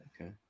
okay